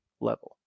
level